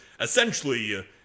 essentially